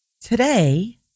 today